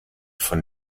von